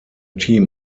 team